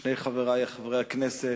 שני חברי חברי הכנסת,